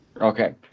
Okay